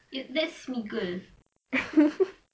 that's smiggle